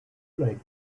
like